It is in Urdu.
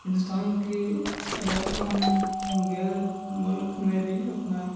ہندوستان کے علاوہ ہم غیر ملک میں بھی اپنا